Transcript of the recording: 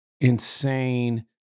insane